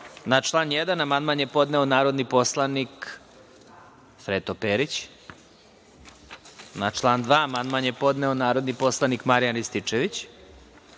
član 1. amandman je podneo narodni poslanik Sreto Perić. Na član 2. amandman je podneo narodni poslanik Marijan Rističević. Na